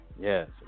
Yes